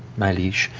my liege,